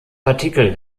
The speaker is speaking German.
partikel